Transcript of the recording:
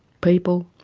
people,